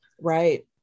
right